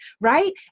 right